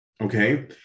okay